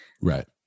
right